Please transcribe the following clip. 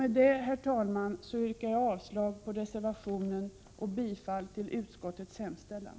Med detta, herr talman, yrkar jag avslag på reservationen och bifall till utskottets hemställan.